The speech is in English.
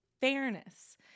Fairness